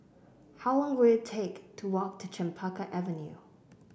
how long will it take to walk to Chempaka Avenue